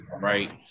right